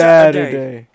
SATURDAY